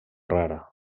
rara